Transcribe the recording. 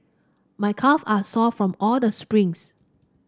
my calve are sore from all the sprints